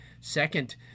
second